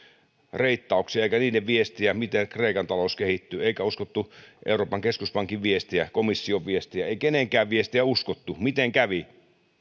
reittauksia eikä niiden viestejä miten kreikan talous kehittyy eikä uskottu euroopan keskuspankin viestejä komission viestejä ei kenenkään viestejä uskottu miten kävi